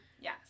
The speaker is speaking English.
Yes